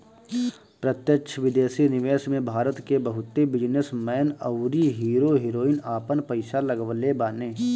प्रत्यक्ष विदेशी निवेश में भारत के बहुते बिजनेस मैन अउरी हीरो हीरोइन आपन पईसा लगवले बाने